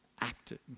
acted